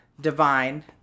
divine